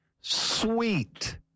sweet